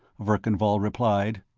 verkan vall replied.